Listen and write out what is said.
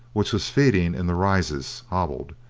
which was feeding in the rises hobbled,